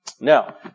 now